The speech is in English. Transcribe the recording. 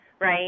right